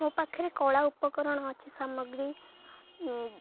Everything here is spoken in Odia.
ମୋ ପାଖରେ କଳା ଉପକରଣ ଅଛି ସାମଗ୍ରୀ